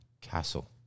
castle